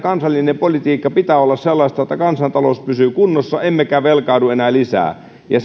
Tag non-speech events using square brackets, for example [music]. kansallisen politiikan pitää olla sellaista että kansantalous pysyy kunnossa emmekä velkaannu enää lisää ja [unintelligible]